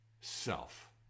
self